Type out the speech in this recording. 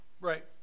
Right